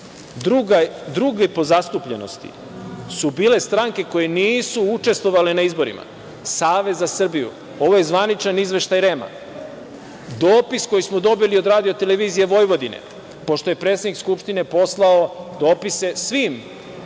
druge po zastupljenosti su bile stranke koje nisu učestvovale na izborima, Savez za Srbiju. Ovo je zvaničan izveštaj REM-a. Dopis koji smo dobili od RTV, pošto je predsednik Skupštine poslao dopise svim